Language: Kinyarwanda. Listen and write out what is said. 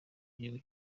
gihugu